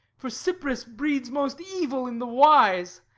for cypris breeds most evil in the wise,